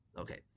okay